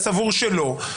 אני סבור שלא.